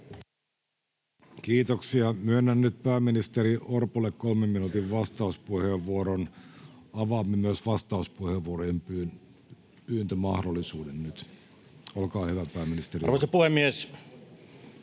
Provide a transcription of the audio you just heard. Kiitoksia. — Myönnän nyt pääministeri Orpolle kolmen minuutin vastauspuheenvuoron. Avaamme myös vastauspuheenvuorojen pyyntömahdollisuuden nyt. [Speech 22] Speaker: Petteri